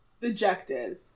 Dejected